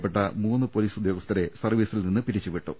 ക്കപ്പെട്ട മൂന്ന് പൊലീസ് ഉദ്യോഗസ്ഥരെ സർവ്വീസിൽ നിന്ന് പിരിച്ചുവിട്ടു